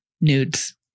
nudes